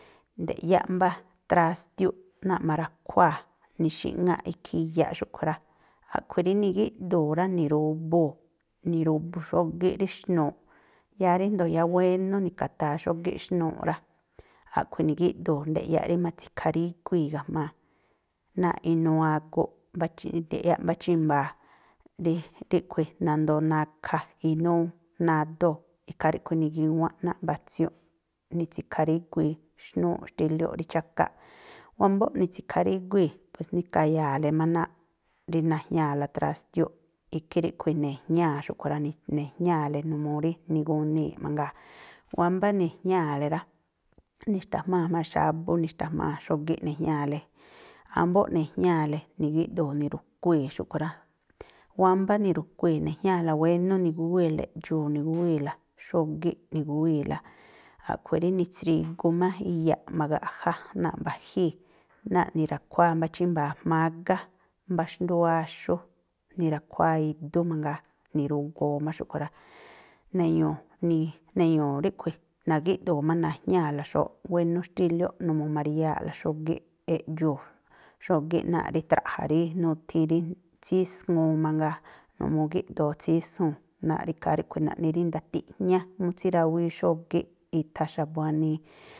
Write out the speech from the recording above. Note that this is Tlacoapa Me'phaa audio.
Nde̱ꞌyáꞌ mbá trástiúꞌ náa̱ꞌ ma̱ra̱khuáa̱, ni̱xi̱ꞌŋáꞌ ikhí iyaꞌ xúꞌkhui̱ rá. A̱ꞌkhui̱ rí ni̱gíꞌdu̱u̱ rá, ni̱rumbuu̱, ni̱rubu xógíꞌ rí xnuu̱ꞌ, yáá ríndo̱o yáá wénú ni̱ka̱taa xógíꞌ xnuu̱ꞌ rá, a̱ꞌkhui̱ ni̱gíꞌdu̱u̱ nde̱ꞌyáꞌ rí ma̱tsi̱kha̱ríguíi̱ ga̱jma̱a náa̱ꞌ inuu aguꞌ. nde̱ꞌyá mbá chímba̱a̱ rí ríꞌkhui̱ nandoo nakha, inúú nádóo̱, ikhaa ríꞌkhui̱ ni̱gíwánꞌ náa̱ꞌ mba̱tsiunꞌ, ni̱tsikha̱ríguii xnuuꞌ xtílióꞌ rí chákaꞌ. Wámbóꞌ ni̱tsi̱kha̱ríguíi̱, pues nikaya̱a̱le má náa̱ꞌ rí na̱jñáa̱la trástiúꞌ, ikhí ríꞌkhui̱ ne̱jñáa̱ xúꞌkhui̱ rá, ne̱jñáa̱le numuu rí nigunii̱ꞌ mangaa. Wámbá ne̱jñáa̱le ra, ni̱xta̱jmáa̱ jma̱a xábú ni̱xta̱jmáa̱ xógíꞌ ne̱jñáa̱le, ámbóꞌ ne̱jñáa̱le, ni̱gíꞌdu̱u̱ ni̱ru̱kuii̱ xúꞌkhui̱ rá. Wámbá ni̱ru̱kuii̱, ne̱jñáa̱la wénú, ni̱gúwíi̱la eꞌdxuu̱ ni̱gúwíi̱la, xógíꞌ ni̱gúwíi̱la, a̱ꞌkhui̱ rí ni̱tsrigu má iyaꞌ ma̱gaꞌjá náa̱ꞌ mba̱jíi̱ náa̱ꞌ ni̱ra̱khuáá mbá chímba̱a̱ jmágá, mbá xndúú áxú, ni̱ra̱khuáá idú mangaa, ni̱rugoo má xúꞌkhui̱ rá. Ne̱ñu̱u̱, ni̱ ne̱ñu̱u̱ ríꞌkhui̱, na̱gíꞌdu̱u̱ má na̱jñáa̱la xóóꞌ wénú xtílióꞌ, numuu ma̱ríyáa̱ꞌla xógíꞌ eꞌdxuu̱ xógíꞌ náa̱ꞌ rí traꞌja̱ rí nuthi rí tsíswuun mangaa, numuu gíꞌdoo̱ tsíswuu̱n, náa̱ꞌ rí ikhaa ríꞌkhui̱ naꞌni rí ndatiꞌjñá mú tsírawíí xógíꞌ itha xa̱bu̱ wanii.